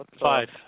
Five